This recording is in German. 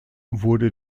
wurde